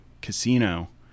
casino